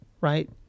right